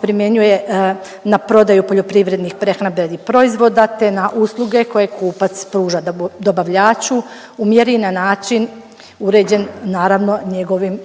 primjenjuje na prodaju poljoprivrednih prehrambenih proizvoda te na usluge koje kupac pruža dobavljaču u mjeri i na način uređen, naravno, njegovim